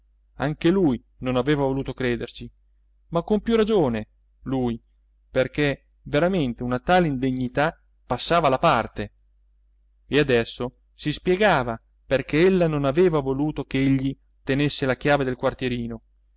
anche lui non aveva voluto crederci ma con più ragione lui perché veramente una tale indegnità passava la parte e adesso si spiegava perché ella non aveva voluto ch'egli tenesse la chiave del quartierino